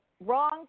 wrong